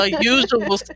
usual